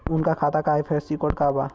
उनका खाता का आई.एफ.एस.सी कोड का बा?